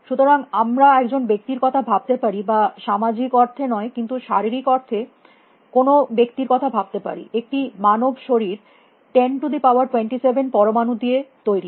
সুতরাং আমরা একজন ব্যক্তির কথা ভাবতে পারি বা সামাজিক অর্থে নয় কিন্তু শারীরিক অর্থে কোনো ব্যক্তির কথা ভাবতে পারি একটি মানব শরীর 1027 পরমাণু দিয়ে তৈরী